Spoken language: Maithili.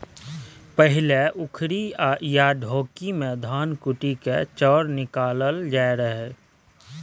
पहिने उखरि या ढेकी मे धान कुटि कए चाउर निकालल जाइ रहय